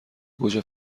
گوجه